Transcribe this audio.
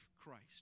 Christ